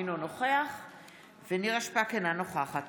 אינו נוכח נירה שפק, אינה נוכחת